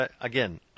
again